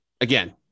again